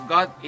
God